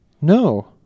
No